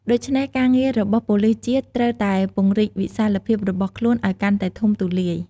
ដូច្នេះ ការងាររបស់ប៉ូលិសជាតិត្រូវតែពង្រីកវិសាលភាពរបស់ខ្លួនឲ្យកាន់តែធំទូលាយ។